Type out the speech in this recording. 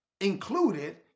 included